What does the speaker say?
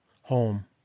home